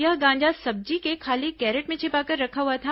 यह गांजा सब्जी के खाली कैरेट में छिपाकर रखा हुआ था